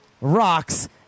Rocks